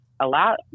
allow